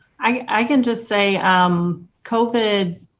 i can just say um covid,